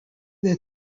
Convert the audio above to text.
their